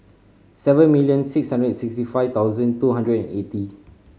seven million six hundred and sixty five thousand two hundred and eighty